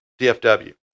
DFW